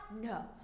no